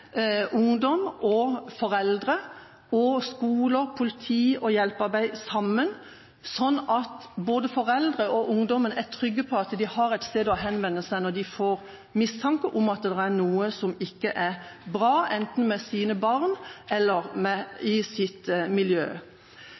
ungdom, foreldre, skole, politi og hjelpearbeidere sammen, slik at både foreldrene og ungdommen er trygge på at de har et sted å henvende seg når de får mistanke om at det er noe som ikke er bra – enten med egne barn, eller i eget miljø. Samarbeidet med